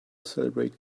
celebrate